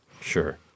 Sure